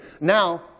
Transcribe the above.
Now